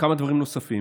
כמה דברים נוספים.